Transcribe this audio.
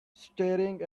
staring